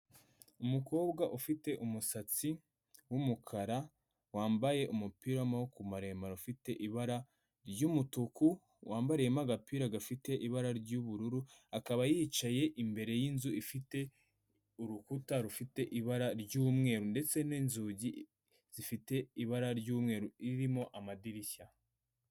Umukobwa ufite umusatsi w'umukara wambaye umupira w'amaboko maremare ufite ibara ry'umutuku, wambariyemo agapira gafite ibara ry'ubururu akaba yicaye imbere y'inzu ifite urukuta rufite ibara ry'umweru ndetse n'inzugi zifite ibara ry'umweru ririmo amadirishya.